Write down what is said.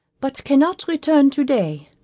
but cannot return today.